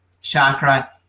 chakra